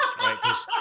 right